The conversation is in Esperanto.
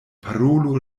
parolu